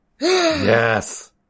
yes